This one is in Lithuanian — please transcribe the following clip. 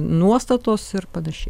nuostatos ir panašiai